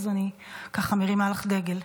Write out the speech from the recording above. אז אני ככה מרימה לך דגל.